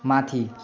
माथि